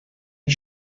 die